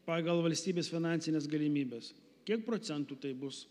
pagal valstybės finansines galimybes kiek procentų tai bus